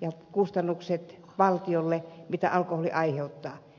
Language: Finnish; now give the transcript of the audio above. ja kustannukset valtiolle mitä alkoholi aiheuttaa